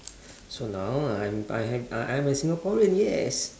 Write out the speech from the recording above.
so now I am I am I I'm a singaporean yes